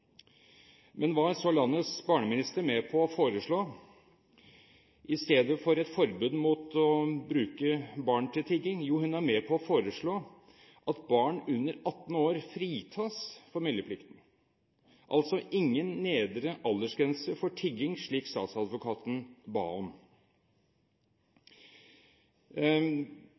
Men hva er så landets barneminister med på å foreslå, i stedet for et forbud mot å bruke barn til tigging? Jo, hun er med på å foreslå at barn under 18 år fritas for meldeplikten – altså ingen nedre aldersgrense for tigging, slik statsadvokaten ba om.